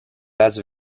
las